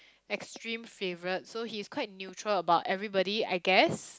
extreme favourite so he's quite neutral about everybody I guess